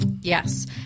Yes